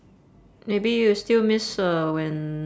maybe you still miss uh when